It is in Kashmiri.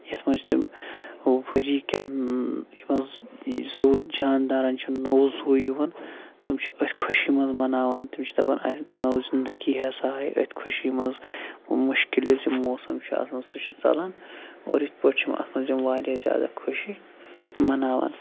یَتھ منٛز چھِ تِم ؤری کٮ۪ن یِم زُ جاندارَن چھِ نوٚو زُوے یِن تم چھِ أتھۍ خوشی منٛز مَناوان تِم چھِ دَپان اَسہِ نٔو زِندگی ہسا آے أتھۍ خوشی منٛز مُشکِل یُس یِم موسم چھُ آسَان سُہ چھُ ژَلَان اور یِتھ پٲٹھۍ چھِ اَتھ منٛز یِم واریاہ زیادٕ خوشی مناوَان